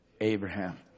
Abraham